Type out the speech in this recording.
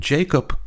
Jacob